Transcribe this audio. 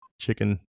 chicken